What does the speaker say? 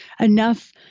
enough